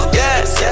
yes